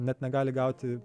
net negali gauti